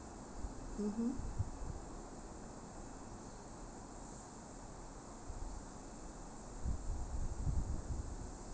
mmhmm